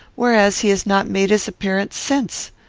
whereas he has not made his appearance since.